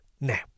Now